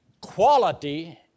Quality